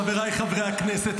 חבריי חברי הכנסת,